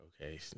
okay